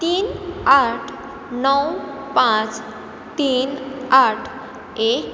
तीन आठ णव पांच तीन आठ एक